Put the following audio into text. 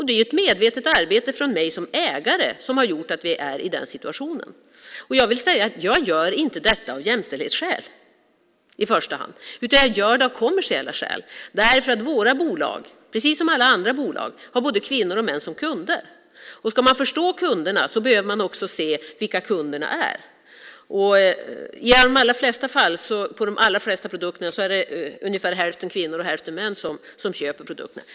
Det är ett medvetet arbete av mig som ägare som har gjort att vi är i den situationen. Jag vill säga att jag inte gör detta av jämställdhetsskäl i första hand utan gör det av kommersiella skäl, därför att våra bolag, precis som alla andra bolag, har både kvinnor och män som kunder. Ska man förstå kunderna behöver man också se vilka kunderna är. I de allra flesta fall är det ungefär hälften kvinnor och hälften män som köper produkterna.